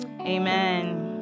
Amen